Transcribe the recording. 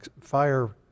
fire